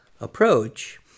approach